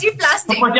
plastic